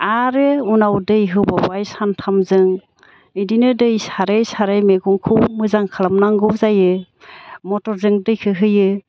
आरो उनाव दै होबावबाय सानथामजों इदिनो दै सारै सारै मैगंखौ मोजां खालामनांगौ जायो मटरजों दैखो होयो